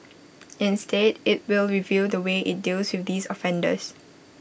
instead IT will review the way IT deals with these offenders